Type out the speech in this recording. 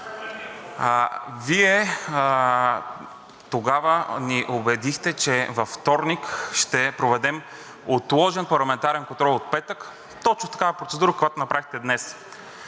Вие тогава ни убедихте, че във вторник ще проведем отложения парламентарен контрол от петък – точно такава процедура, каквато направихте днес.